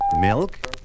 Milk